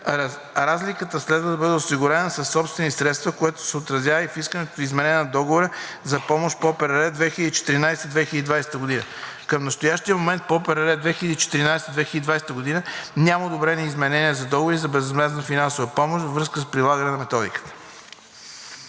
разликата следва да бъде осигурена със собствени средства, което се отразя в искането на изменението на Договора за помощ по ОПРР 2014 – 2020 г. Към настоящия момент по ОПРР 2014 – 2020 г. няма одобрени изменения за договори за безвъзмездна финансова помощ във връзка с прилагане на методиката.